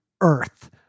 earth